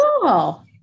cool